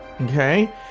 Okay